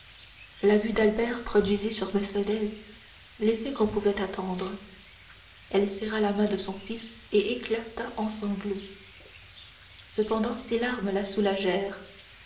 la vue d'albert produisit sur mercédès l'effet qu'on en pouvait attendre elle serra la main de son fils et éclata en sanglots cependant ces larmes la soulagèrent